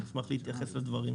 אשמח להתייחס לדברים.